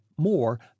more